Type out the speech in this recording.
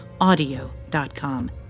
audio.com